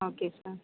okay sir